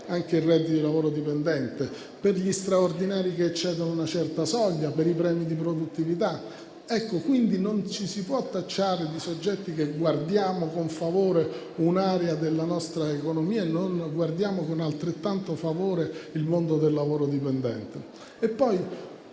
anche il reddito di lavoro dipendente, per gli straordinari che eccedono una certa soglia e per i premi di produttività. Non ci si può tacciare di guardare con favore ad un'area della nostra economia e di non guardare con altrettanto favorevole al mondo del lavoro dipendente. Vi